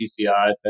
PCI